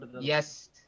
Yes